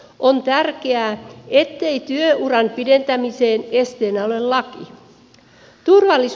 on tärkeää ettei työuran pidentämisen esteenä ole laki